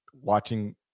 watching